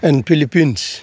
and Philippines